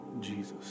Jesus